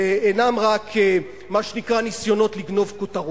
ואינם רק מה שנקרא ניסיונות לגנוב כותרות.